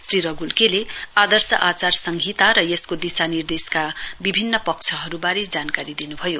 श्री रगुल के ले आदर्श आचार संहिता र यसको दिशानिर्देशका विभिन्न पक्षहरूबारे जानकारी दिनुभयो